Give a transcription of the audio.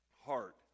heart